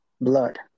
blood